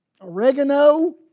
Oregano